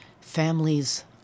families